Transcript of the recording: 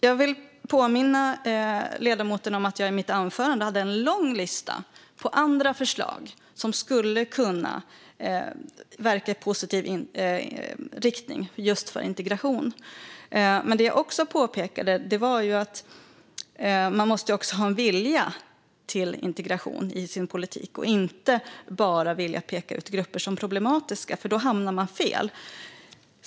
Jag vill påminna ledamoten om att jag i mitt anförande hade en lång lista på andra förslag som skulle kunna verka i en positiv riktning för just integration. Men jag påpekade också att det måste finnas en vilja till integration i politiken och inte bara en vilja att peka ut grupper som problematiska. Då hamnar man fel.